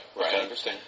Right